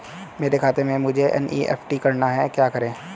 मेरे खाते से मुझे एन.ई.एफ.टी करना है क्या करें?